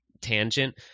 tangent